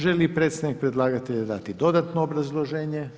Želi li predstavnik predlagatelja dati dodatno obrazloženje?